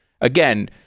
again